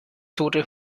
tote